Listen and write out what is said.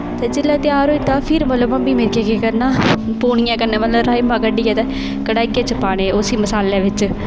ते जेल्लै त्यार होई जंदा फिर मतलब मम्मी मेरी ने केह् करना पूनियै कन्नै मतलब राजमांह् कड्ढियै ते कड़ाहियै च पाने उस मसाले बिच्च